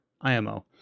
IMO